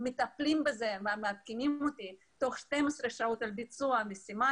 הם מטפלים בזה ומעדכנים אותי תוך 12 שעות על ביצוע המשימה,